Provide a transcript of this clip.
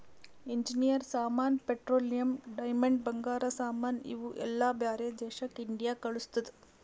engineer ಸಾಮಾನ್, petroleum, diamond, ಬಂಗಾರ ಸಾಮಾನ್ ಇವು ಎಲ್ಲಾ ಬ್ಯಾರೆ ದೇಶಕ್ ಇಂಡಿಯಾ ಕಳುಸ್ತುದ್